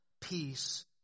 peace